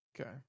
Okay